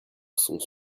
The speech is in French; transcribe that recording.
sont